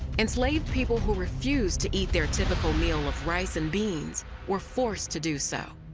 enslaved people who refused to eat their typical meal of rice and beans were forced to do so,